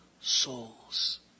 souls